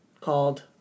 called